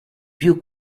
più